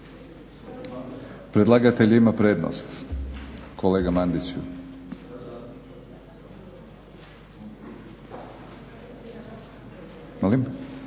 predlagatelj ima prednost. Kolega Mandić.